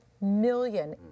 million